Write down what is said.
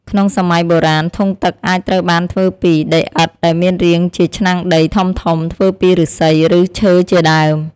ក្នុងសម័យបុរាណ ធុងទឹកអាចត្រូវបានធ្វើពី ដីឥដ្ឋដែមានរាងជាឆ្នាំងដីធំៗ ធ្វើពីឫស្សី ឬ ឈើជាដើម។